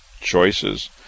choices